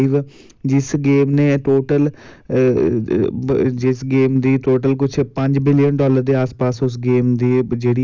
ते इ'यै चाह्ने अस कि हर गौरमैंट गी होर फंड क'ड्ढने चाहिदे नमें नमें फंड क'ड्ढने चाहिदे जेह्दे च